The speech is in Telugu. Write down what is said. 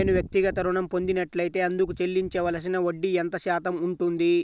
నేను వ్యక్తిగత ఋణం పొందినట్లైతే అందుకు చెల్లించవలసిన వడ్డీ ఎంత శాతం ఉంటుంది?